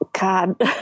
God